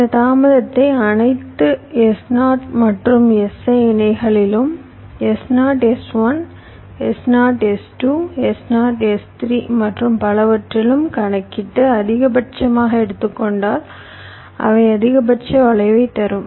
இந்த தாமதத்தை அனைத்து S0 மற்றும் Si இணைகளிலும் S0 S1 S0 S2 S0 S3 மற்றும் பலவற்றிலும் கணக்கிட்டு அதிகபட்சமாக எடுத்துக்கொண்டால் அவை அதிகபட்ச வளைவைத் தரும்